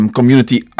Community